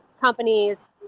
companies